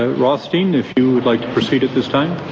ah rothstein, if you would like to proceed at this time.